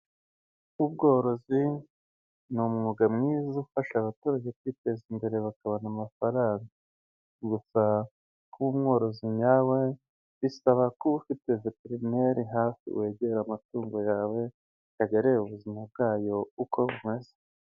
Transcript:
Ubworozi ni umwuga mwiza ufasha abaturage kwiteza imbere bakabona amafaranga. Gusa kuba umworozi nyawe, bisaba kuba ufite veterineri hafi wegera amatungo yawe, akajya areba ubuzima bwayo uko bumeze.